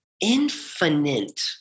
infinite